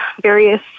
various